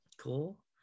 Cool